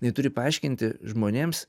tai turi paaiškinti žmonėms